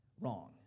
wrong